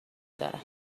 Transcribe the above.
دارن